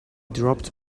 dropped